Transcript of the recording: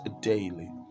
daily